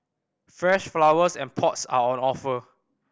fresh flowers and pots are on offer